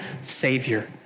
Savior